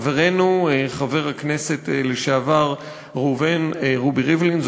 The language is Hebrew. חברנו חבר הכנסת לשעבר ראובן רובי ריבלין,